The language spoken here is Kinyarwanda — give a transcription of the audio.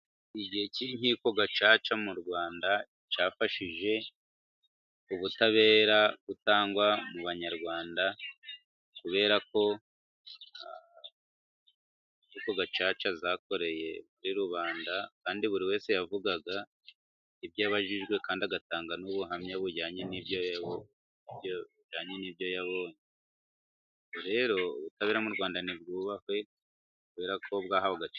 Igihe cy'inkiko gacaca mu Rwanda cyafashije ubutabera gutangwa mu banyarwanda, kuberako gacaca zakoreye muri rubanda kandi buri wese yavugaga ibyo abajijwe kandi agatanga n'ubuhamya bujyanye n'ibyo yabonye , ubwo rero ubutabera mu Rwanda nibwubahwe kuberako bwahawe agaciro.